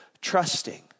trusting